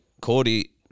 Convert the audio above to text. Cody